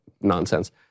nonsense